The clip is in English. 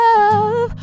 Love